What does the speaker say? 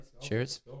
Cheers